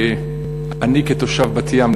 אני כתושב בת-ים,